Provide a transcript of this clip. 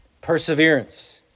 Perseverance